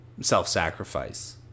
self-sacrifice